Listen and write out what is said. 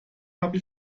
habe